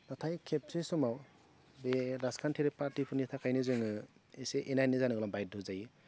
नाथाय खेबसे समाव बे राजखान्थियारि पार्टिफोरनि थाखायनो जोङो एसे एना एनि जानोगोनां बायध्य' जायो